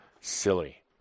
silly